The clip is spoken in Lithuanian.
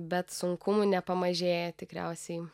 bet sunkumų nepamažėja tikriausiai